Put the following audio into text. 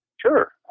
Sure